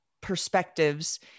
perspectives